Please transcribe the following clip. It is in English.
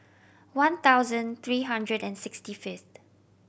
one thousand three hundred and sixty fifth